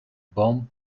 bomb